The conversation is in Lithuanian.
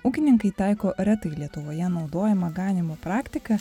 ūkininkai taiko retai lietuvoje naudojama ganymo praktiką